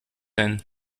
then